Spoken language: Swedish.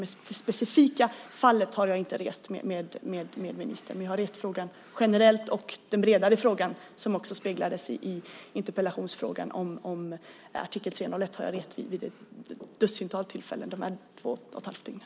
Jag har inte rest det specifika fallet med ministern, men jag har rest frågan generellt. Också den bredare fråga om artikel 301 som speglades i interpellationen har jag rest vid ett dussintal tillfällen de här två och ett halvt dygnen.